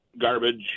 garbage